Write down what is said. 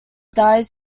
died